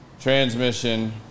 transmission